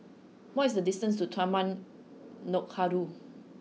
what is the distance to Taman Nakhoda